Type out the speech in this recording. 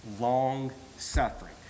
long-suffering